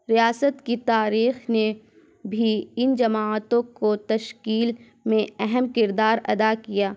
ریاست کی تاریخ نے بھی ان جماعتوں کو تشکیل میں اہم کردار ادا کیا